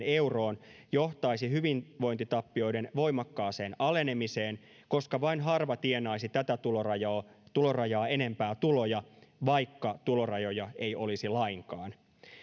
euroon johtaisi hyvinvointitappioiden voimakkaaseen alenemiseen koska vain harva tienaisi tätä tulorajaa tulorajaa enempää tuloja vaikka tulorajoja ei olisi lainkaan